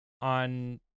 on